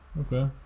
Okay